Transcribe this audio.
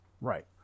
Right